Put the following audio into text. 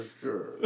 sure